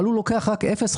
אבל הוא לוקח רק 0.5%,